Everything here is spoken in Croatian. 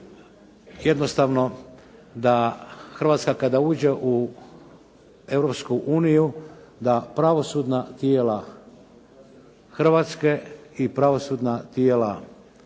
jednostavno da Hrvatska kada uđe u Europsku uniju da pravosudna tijela Hrvatske i pravosudna tijela zemalja